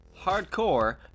hardcore